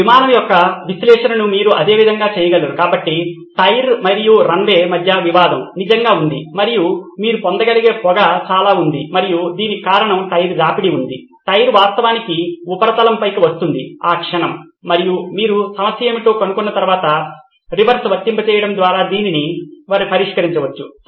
ఈ విమానం ల్యాండింగ్ యొక్క విశ్లేషణను మీరు అదే విధంగా చేయగలరు కాబట్టి టైర్ మరియు రన్వే మధ్య వివాదం నిజంగా ఉంది మరియు మీరు చూడగలిగే పొగ చాలా ఉంది మరియు దీనికి కారణం టైర్ రాపిడి ఉంది టైర్ వాస్తవానికి ఉపరితలంపైకి వస్తుంది ఆ క్షణం మరియు మీరు సమస్య ఏమిటో కనుగొన్న తర్వాత రివర్స్ వర్తింపజేయడం ద్వారా దీన్ని పరిష్కరించవచ్చు